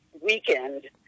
weekend